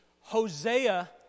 Hosea